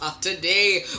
Today